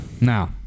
Now